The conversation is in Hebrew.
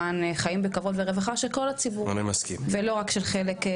למען חיים בכבוד ורווחה של כל הציבור ולא רק של חלק,